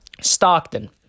Stockton